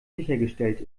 sichergestellt